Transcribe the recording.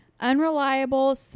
Unreliable